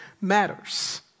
matters